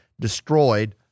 destroyed